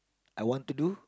I want to do